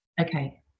okay